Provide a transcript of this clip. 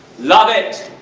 love it!